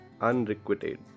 unrequited